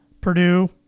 Purdue –